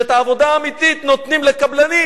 כשאת העבודה האמיתית נותנים לקבלנים.